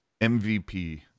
MVP